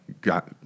got